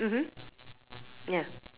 mmhmm ya